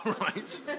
right